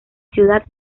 ciudad